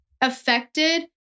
affected